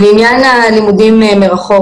לעניין הלימודים מרחוק,